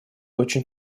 очень